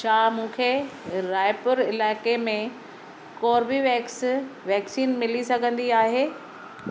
छा मूंखे रायपुर इलाइके में कोर्बीवेक्स वैक्सीन मिली सघंदी आहे